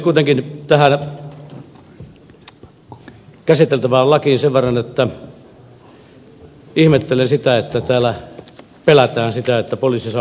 kuitenkin tähän käsiteltävään lakiin sen verran että ihmettelen sitä että täällä pelätään sitä että poliisi saa lisää valtuuksia